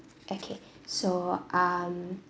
okay so um